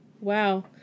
wow